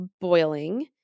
boiling